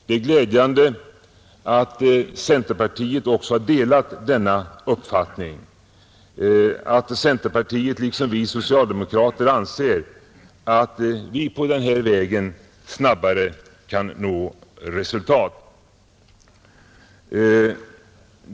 Det är glädjande att centerpartiet liksom vi socialdemokrater anser att vi på denna väg snabbare kan nå resultat.